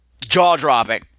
jaw-dropping